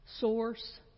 source